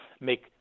make